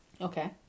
Okay